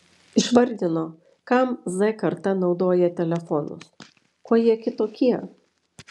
išvardino kam z karta naudoja telefonus kuo jie kitokie